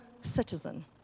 citizen